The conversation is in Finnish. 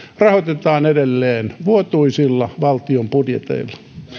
rahoitetaan edelleen vuotuisilla valtion budjeteilla